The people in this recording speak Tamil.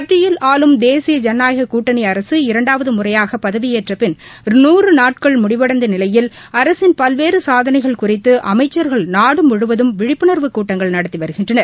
மத்தியில் ஆளும் தேசிய ஜனநாயக கூட்டணி அரசு இரண்டாவது முறையாக பதவியேற்றப்பின் நூறு நாட்கள் முடிவடைந்த நிலையில் அரசின் பல்வேறு சாதனைகள் குறித்து அமைச்சர்கள் நாடு முழுவதும் விழிப்புணர்வு கூட்டங்கள் நடத்தி வருகின்றனர்